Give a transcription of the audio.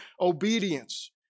obedience